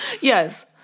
Yes